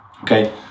Okay